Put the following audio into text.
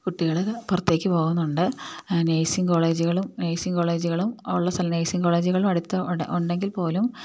കുട്ടികള് പുറത്തേക്ക് പോകുന്നുണ്ട് നേഴ്സിംഗ് കോളേജുകളും നേഴ്സിംഗ് കോളേജുകളുമുള്ള നേഴ്സിംഗ് കോളേജുകള് അടുത്ത് ഉണ്ടെങ്കിൽപ്പോലും